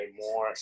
more